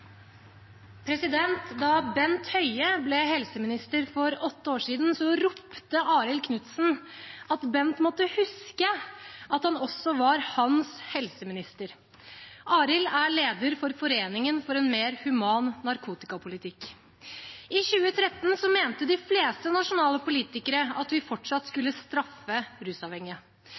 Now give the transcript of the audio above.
Da Bent Høie ble helseminister for åtte år siden, ropte Arild Knutsen at Bent måtte huske at han også var hans helseminister. Arild er leder for foreningen for en mer human narkotikapolitikk. I 2013 mente de fleste nasjonale politikere at vi fortsatt skulle straffe rusavhengige.